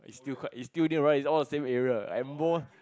it's still quite its still there right its all the same area I'm more